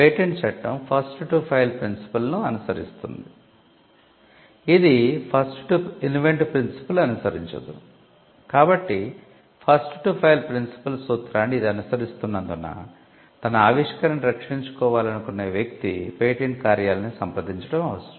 patent చట్టంలో ఉన్న 'first to file principle' సూత్రాన్ని ఇది అనుసరిస్తున్నందున తన ఆవిష్కరణను రక్షించుకోవాలనుకునే వ్యక్తి పేటెంట్ కార్యాలయాన్ని సంప్రదించడం అవసరం